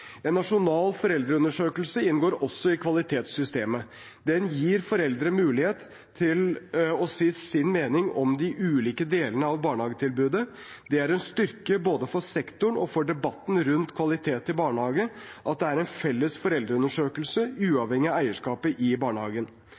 En nasjonal foreldreundersøkelse inngår også i kvalitetssystemet. Den gir foreldre mulighet til å si sin mening om de ulike delene av barnehagetilbudet. Det er en styrke for både sektoren og debatten rundt kvalitet i barnehagene at det er en felles foreldreundersøkelse, uavhengig av eierskapet i barnehagen.